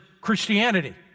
Christianity